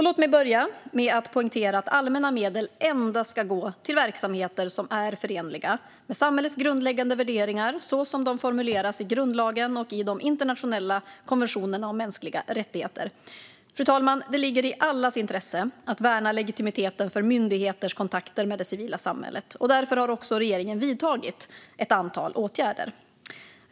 Låt mig börja med att poängtera att allmänna medel endast ska gå till verksamheter som är förenliga med samhällets grundläggande värderingar, så som de formuleras i grundlagen och i de internationella konventionerna om mänskliga rättigheter. Fru talman! Det ligger i allas intresse att värna legitimiteten för myndigheters kontakter med det civila samhället. Därför har också regeringen vidtagit ett antal åtgärder.